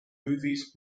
movies